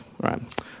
right